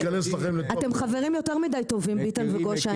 אתם חברים יותר מידי טובים ביטן וגושן,